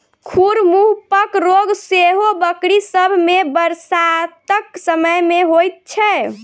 खुर मुँहपक रोग सेहो बकरी सभ मे बरसातक समय मे होइत छै